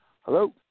Hello